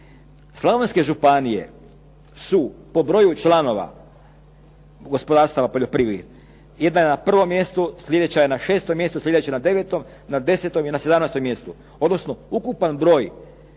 Slavonske županije su po broju članova, gospodarstava u poljoprivredi, jedna je na prvom mjestu, sljedeća je na 6. mjestu, sljedeća na 9., na 10. i na 17. mjestu. Odnosno ukupan broj